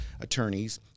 attorneys